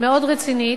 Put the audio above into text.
מאוד רצינית,